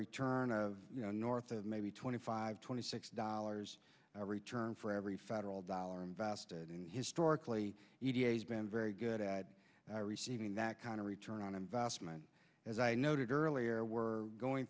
return of north of maybe twenty five twenty six dollars a return for every federal dollar invested in historically has been very good at receiving that kind of return on investment as i noted earlier we're going